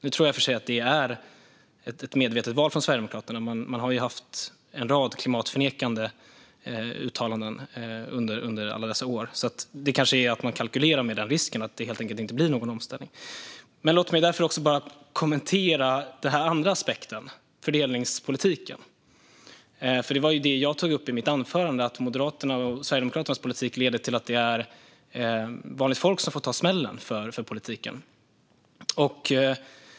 Nu tror jag i och för sig att det är ett medvetet val från Sverigedemokraterna. Man har ju haft en rad klimatförnekande uttalanden under alla dessa år. Man kanske kalkylerar med den risken: att det helt enkelt inte blir någon omställning. Låt mig också kommentera den andra aspekten: fördelningspolitiken. Det var det jag tog upp i mitt anförande. Moderaternas och Sverigedemokraternas politik leder till att vanligt folk får ta smällen av politiken.